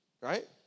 right